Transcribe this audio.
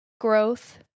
growth